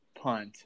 punt